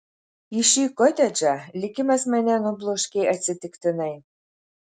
į šį kotedžą likimas mane nubloškė atsitiktinai